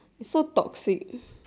it's so toxic